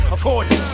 According